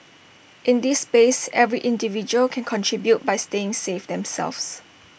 in this space every individual can contribute by staying safe themselves